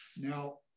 Now